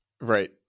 Right